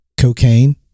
Cocaine